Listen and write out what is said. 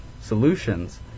solutions